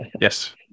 Yes